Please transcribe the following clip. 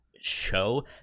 show